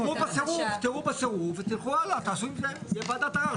תראו בסירוב, ותלכו הלאה לוועדת ערר.